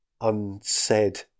unsaid